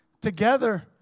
together